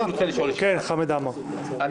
חמד עמאר, את מי?